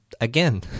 again